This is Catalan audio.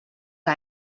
que